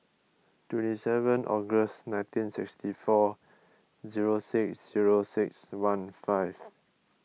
twenty seven August nineteen sixty four zero six zero six one five